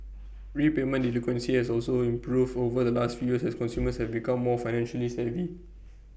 repayment delinquency has also improved over the last few years as consumers become more financially savvy